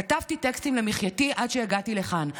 כתבתי טקסטים למחייתי עד שהגעתי לכאן.